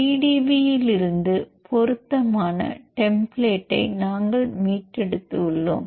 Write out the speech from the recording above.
PDB இலிருந்து பொருத்தமான template நாங்கள் மீட்டெடுத்துள்ளோம்